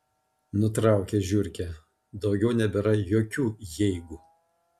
nutraukė žiurkė daugiau nebėra jokių jeigu